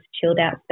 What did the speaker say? chilled-out